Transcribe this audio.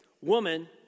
woman